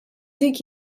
dik